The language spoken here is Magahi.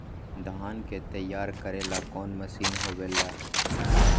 धान के तैयार करेला कोई मशीन होबेला का?